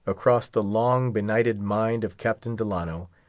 across the long-benighted mind of captain delano,